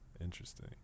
Interesting